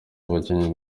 abakinnyi